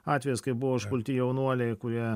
atvejis kai buvo užpulti jaunuoliai kurie